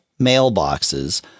mailboxes